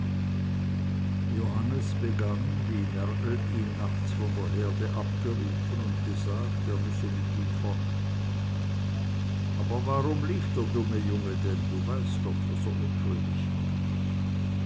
johannes begann wie mergel ihn nachts von der herde abgerufen und gesagt er müsse mit ihm fort aber warum lief der dumme junge denn du weißt doch daß er unschuldig war